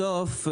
בסוף,